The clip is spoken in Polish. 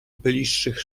bliższych